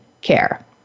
care